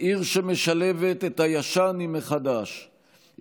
עיר שמשלבת את הישן עם החדש,